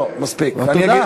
לא, מספיק, די.